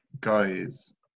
guys